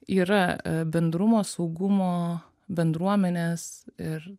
yra bendrumo saugumo bendruomenės ir